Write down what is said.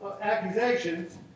accusations